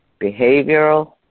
behavioral